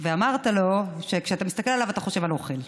ואמרת לו שכשאתה מסתכל עליו אתה חושב על אוכל.